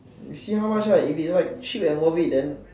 you see how much ah if it's like cheap and worth it then